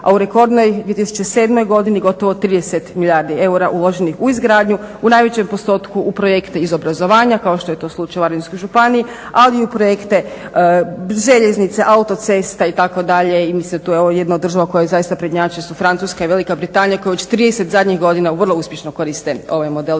a u rekordnoj 2007. godini gotovo 30 milijardi eura uloženih u izgradnju u najvećem postotku u projekte iz obrazovanja kao što je to slučaj u Varaždinskoj županiji, ali i u projekte željeznice, autoceste itd. I mislim da jedna od država koja zaista prednjači su Francuska i Velika Britanija koje već 30 zadnjih godina vrlo uspješno koriste ovaj model.